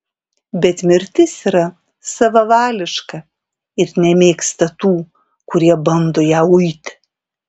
bet mirtis yra savavališka ir nemėgsta tų kurie bando ją uiti